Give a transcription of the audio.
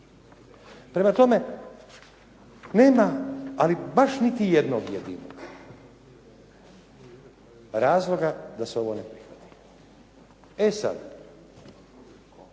Prema tome, nema ali baš niti jednog jedinog razloga da se ovo ne prihvati. E sada,